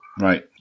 Right